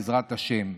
בעזרת השם.